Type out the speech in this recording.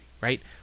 right